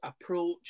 approach